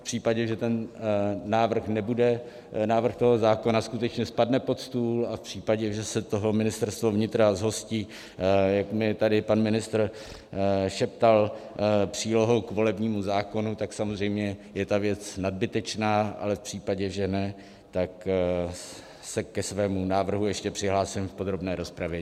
V případě, že ten návrh nebude, návrh zákona skutečně spadne pod stůl, a v případě, že se toho Ministerstvo vnitra zhostí, jak mi tady pan ministr šeptal, přílohou k volebnímu zákonu, tak samozřejmě je ta věc nadbytečná, ale v případě, že ne, tak se ke svému návrhu ještě přihlásím v podrobné rozpravě.